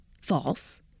false